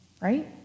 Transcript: right